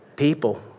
People